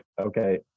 okay